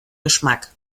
geschmack